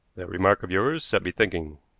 that remark of yours set me thinking,